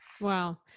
wow